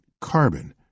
carbon